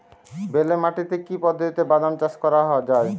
বেলে মাটিতে কি পদ্ধতিতে বাদাম চাষ করা যায়?